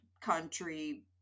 country